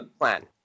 plan